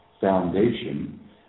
foundation